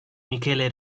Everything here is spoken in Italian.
michele